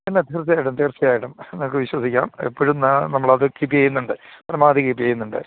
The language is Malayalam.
പിന്നെ തീർച്ചയായിട്ടും തീർച്ചയായിട്ടും നമുക്ക് വിശ്വസിക്കാം എപ്പോഴും നമ്മളത് കീപ്പ് ചെയ്യുന്നുണ്ട് പരമാവധി കീപ്പ് ചെയ്യുന്നുണ്ട്